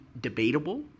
debatable